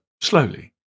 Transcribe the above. slowly